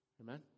Amen